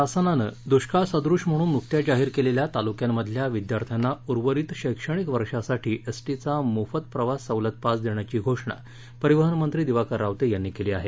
शासनानं दुष्काळसदूश म्हणून नुकत्याच जाहीर केलेल्या तालुक्यांमधल्या विद्यार्थ्यांना उर्वरीत शैक्षणिक वर्षासाठी एसटीचा मोफत प्रवास सवलत पास देण्याची घोषणा परिवहन मंत्री दिवाकर रावते यांनी केली आहे